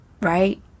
Right